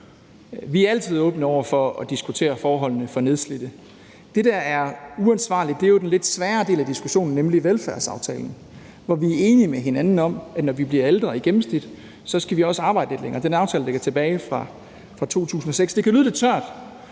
Vi er altid åbne over for at diskutere forholdene for nedslidte. Det, der er uansvarligt, er jo den lidt svære del af diskussionen, nemlig velfærdsaftalen, hvor vi er enige med hinanden om, at når vi i gennemsnit bliver ældre, skal vi også arbejde lidt længere. Den aftale er tilbage fra 2006. Det kan lyde lidt svært,